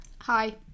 Hi